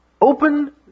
open